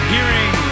Hearing